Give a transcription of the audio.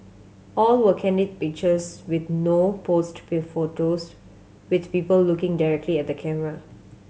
all were candid pictures with no posed photos with people looking directly at the camera